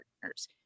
partners